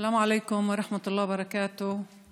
סלאם עליכום ורחמת אללה וברכאתוהו.